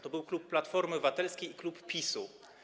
To był klub Platformy Obywatelskiej i klub PiS.